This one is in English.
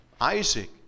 Isaac